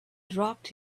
dropped